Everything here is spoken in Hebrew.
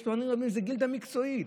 וזו גילדה מקצועית.